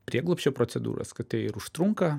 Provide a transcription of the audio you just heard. prieglobsčio procedūras kad tai ir užtrunka